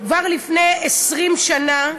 "כבר לפני 20 שנה"